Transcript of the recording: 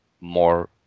more